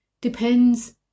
depends